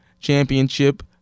championship